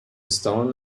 stone